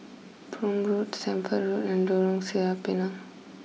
Prome Road Stamford Road and Lorong Sireh Pinang